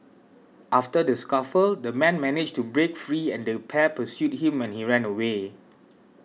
after the scuffle the man managed to break free and the pair pursued him when he ran away